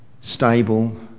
stable